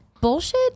bullshit